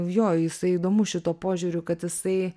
jo jisai įdomu šituo požiūriu kad jisai